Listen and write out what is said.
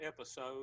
episode